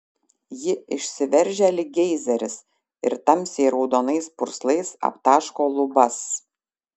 ji išsiveržia lyg geizeris ir tamsiai raudonais purslais aptaško lubas